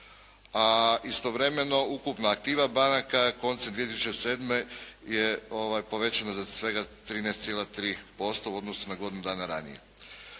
A istovremeno ukupna aktiva banaka koncem 2007. je povećana za svega 13,3% u odnosu na godinu dana ranije.